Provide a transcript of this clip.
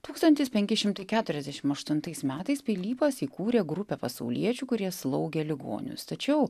tūkstantis penki šimtai keturiasdešimt aštuntais metais pilypas įkūrė grupę pasauliečių kurie slaugė ligonius tačiau